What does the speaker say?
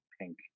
pink